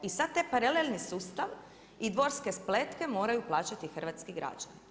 I sad taj paralelni sustav i dvorske spletke moraju plaćati hrvatski građani.